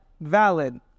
valid